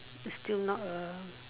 is still not A